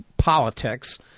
politics